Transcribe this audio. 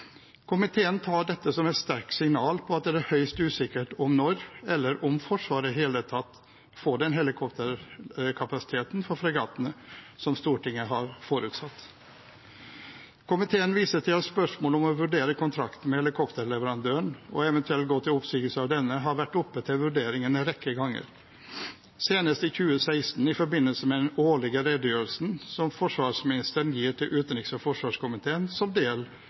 Komiteen tar dette som et sterkt signal om at det er høyst usikkert når – eller om – Forsvaret i det hele tatt får den helikopterkapasiteten for fregattene som Stortinget har forutsatt. Komiteen viser til at spørsmålet om å vurdere kontrakten med helikopterleverandøren og eventuelt gå til oppsigelse av denne har vært oppe til vurdering en rekke ganger, senest i 2016 i forbindelse med den årlige redegjørelsen som forsvarsministeren gir til utenriks- og forsvarskomiteen som del